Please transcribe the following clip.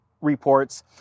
reports